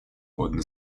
worden